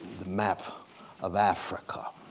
the map of africa.